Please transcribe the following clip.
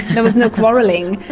there was no quarrelling.